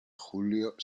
julio